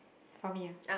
for me ah